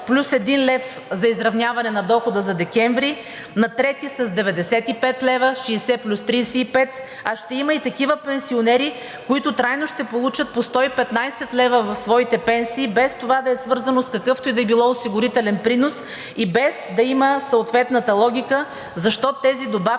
плюс 1 лев за изравняване на дохода за декември, на трети с 95 лв. – 60 плюс 35, а ще има и такива пенсионери, които трайно ще получат по 115 лв. в своите пенсии, без това да е свързано с какъвто и да бил осигурителен принос и без да има съответната логика защо тези добавки